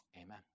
Amen